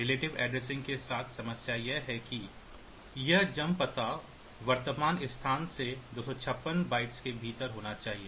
relative addressing के साथ समस्या यह है कि यह जम्प पता वर्तमान स्थान से 256 बाइट्स के भीतर होना चाहिए